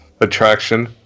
attraction